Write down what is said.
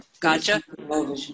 Gotcha